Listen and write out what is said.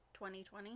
2020